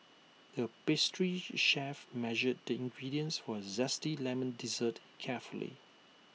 the pastry chef measured the ingredients for A Zesty Lemon Dessert carefully